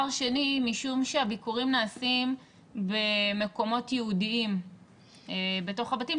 משום שהביקורים נעשים במקומות ייעודיים בתוך הבתים,